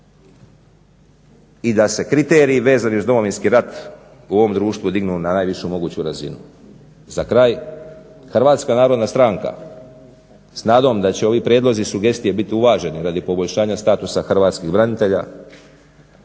i da se kriterij vezan uz Domovinski rat u ovom društvu dignu na najvišu moguću razinu. Za kraj, HNS s nadom da će ovi prijedlozi i sugestije biti uvaženi radi poboljšanja statusa hrvatskih branitelja